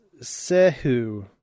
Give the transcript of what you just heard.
Sehu